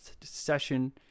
session